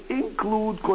include